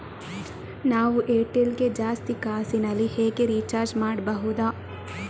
ನಾವು ಏರ್ಟೆಲ್ ಗೆ ಜಾಸ್ತಿ ಕಾಸಿನಲಿ ಹೇಗೆ ರಿಚಾರ್ಜ್ ಮಾಡ್ಬಾಹುದು?